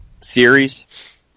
series